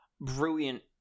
brilliant